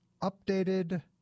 updated